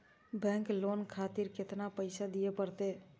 Bank loan खातीर केतना पैसा दीये परतें?